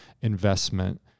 investment